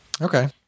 Okay